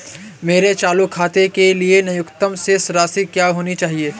मेरे चालू खाते के लिए न्यूनतम शेष राशि क्या होनी चाहिए?